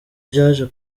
byaje